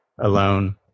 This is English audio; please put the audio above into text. alone